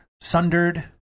Sundered